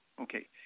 Okay